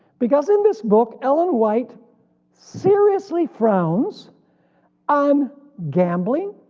because in this book ellen white seriously frowns on gambling,